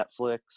Netflix